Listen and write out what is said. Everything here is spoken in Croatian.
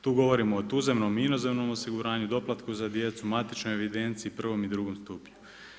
Tu govorimo o tuzemnom i inozemnom osiguranju, doplatku za djecu, matičnoj evidenciji, prvom i drugom stupnju.